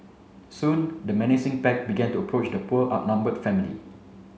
soon the menacing pack began to approach the poor outnumbered family